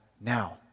now